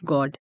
God